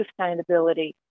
sustainability